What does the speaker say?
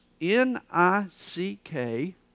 N-I-C-K